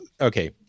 okay